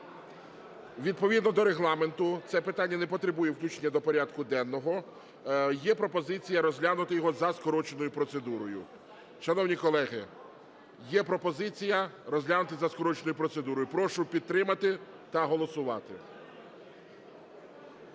Відповідно до Регламенту це питання не потребує включення до порядку денного. Є пропозиція розглянути його за скороченою процедурою. Шановні колеги, є пропозиція розглянути за скороченою процедурою. Прошу підтримати та голосувати.